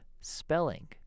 spelling